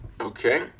Okay